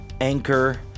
Anchor